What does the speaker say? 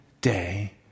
day